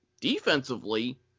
defensively